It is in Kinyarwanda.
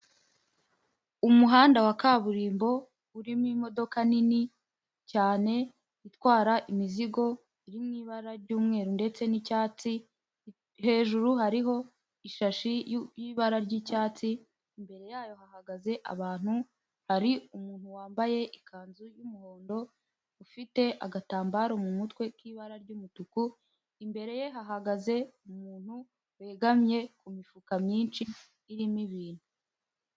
Umuhanda wa kaburimbo urimo imodoka nini cyane itwara imizigo, iri mu ibara ry'umweru ndetse n'icyatsi. Hejuru hariho ishashi y'ibara ry'icyatsi. Imbere yayo hahagaze abantu. Hari umuntu wambaye ikanzu y'umuhondo ufite agatambaro mu mutwe k'ibara ry'umutuku. Imbere ye hahagaze umuntu wegamye ku mifuka myinshi irimo ibintu.